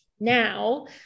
Now